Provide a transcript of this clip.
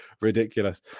ridiculous